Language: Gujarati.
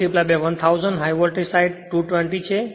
2 1000 હાઇ વૉલ્ટેજ સાઇડ વૉલ્ટેજ 220 છે